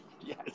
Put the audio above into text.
Yes